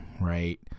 right